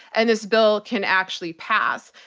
and this bill can actually pass.